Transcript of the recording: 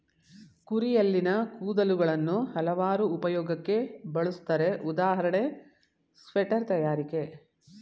ಕುರಿಯಲ್ಲಿನ ಕೂದಲುಗಳನ್ನು ಹಲವಾರು ಉಪಯೋಗಕ್ಕೆ ಬಳುಸ್ತರೆ ಉದಾಹರಣೆ ಸ್ವೆಟರ್ ತಯಾರಿಕೆ